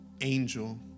angel